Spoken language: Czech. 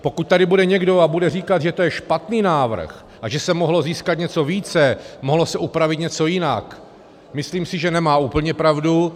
Pokud tady je někdo a bude říkat, že to je špatný návrh a že se mohlo získat něco více, mohlo se upravit něco jinak, myslím si, že nemá úplně pravdu.